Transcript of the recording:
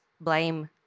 blame